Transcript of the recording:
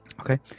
Okay